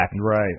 Right